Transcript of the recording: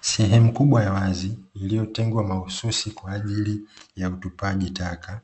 Sehemu kubwa ya wazi iliyotengwa mahususi kwa ajili ya utupaji taka.